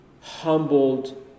humbled